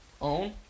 own